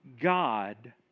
God